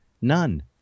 None